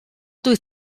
dwyt